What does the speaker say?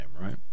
right